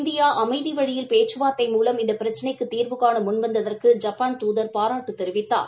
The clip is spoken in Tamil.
இந்தியா அமைதி வழியில் பேச்சுவார்த்தை மூலம் இந்த பிரச்சினைக்கு தீர்வுகாண முன் வந்ததற்கு ஜப்பான் தூதர் பாராட்டு தெரிவித்தார்